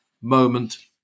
moment